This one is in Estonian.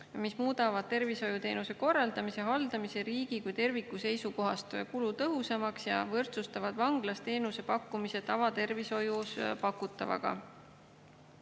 mis muudavad tervishoiuteenuse korraldamise ja haldamise riigi kui terviku seisukohast kulutõhusamaks ning võrdsustavad vanglas teenuse pakkumise tavatervishoius pakutavaga.